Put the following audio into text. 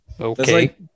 Okay